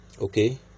okay